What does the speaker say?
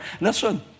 Listen